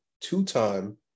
two-time